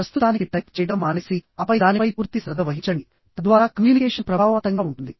ప్రస్తుతానికి టైప్ చేయడం మానేసిఆపై దానిపై పూర్తి శ్రద్ధ వహించండి తద్వారా కమ్యూనికేషన్ ప్రభావవంతంగా ఉంటుంది